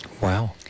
Wow